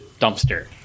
dumpster